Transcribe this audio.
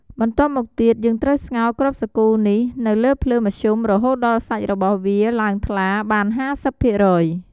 បន្ទាប់មកទៀតយើងត្រូវស្ងោរគ្រាប់សាគូនេះនៅលើភ្លើងមធ្យមរហូតដល់សាច់របស់វាឡើងថ្លាបាន៥០ភាគរយ។